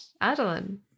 adeline